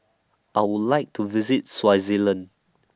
I Would like to visit Swaziland